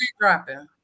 dropping